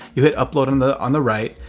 you hit upload on the on the right,